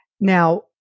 Now